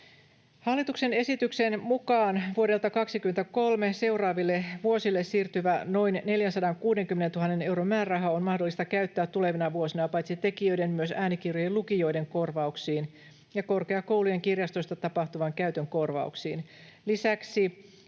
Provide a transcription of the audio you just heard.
Hallituksen esityksen mukaan vuodelta 23 seuraaville vuosille siirtyvä noin 460 000 euron määräraha on mahdollista käyttää tulevina vuosina paitsi tekijöiden myös äänikirjojen lukijoiden korvauksiin ja korkeakoulujen kirjastoista tapahtuvan käytön korvauksiin. Lisäksi